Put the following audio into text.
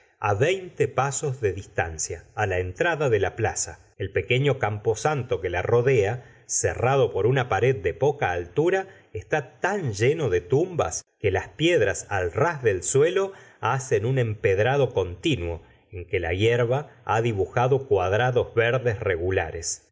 calle veinte pasos de distancia la entrada de la plaza el pequeño camposanto que la rodea cerrado por una pared de poca altura está tan lleno de tumbas que las piedras al ras del suelo hacen un empedrado continuo en que la hierba ha dibujado cuadrados verdes regulares